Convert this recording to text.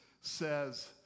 says